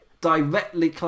directly